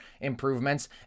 improvements